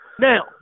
Now